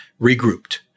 regrouped